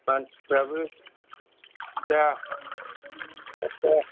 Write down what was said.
मानसिफ्राबो दा